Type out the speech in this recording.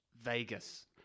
Vegas